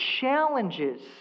challenges